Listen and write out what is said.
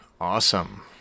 Awesome